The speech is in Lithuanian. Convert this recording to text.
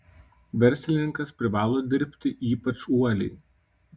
verslininkas privalo dirbti ypač uoliai